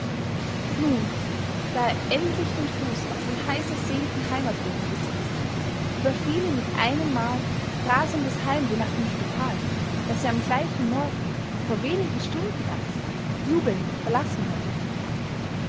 nun da er endlich den fuß auf den heißersehnten heimatboden gesetzt überfiel ihn mit einemmal rasendes heimweh nach dem spital das er am gleichen morgen vor wenigen stunden erst jubelnd verlassen hatte